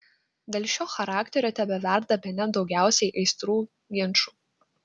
dėl šio charakterio tebeverda bene daugiausiai aistrų ginčų